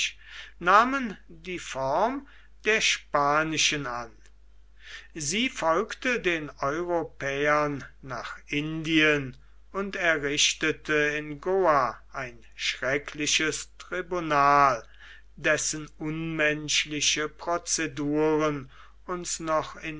nahmen die form der spanischen an sie folgte den europäern nach indien und errichtete in goa ein schreckliches tribunal dessen unmenschliche proceduren uns noch